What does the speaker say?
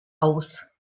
aus